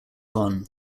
one